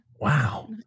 Wow